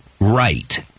right